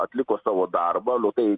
atliko savo darbą nu tai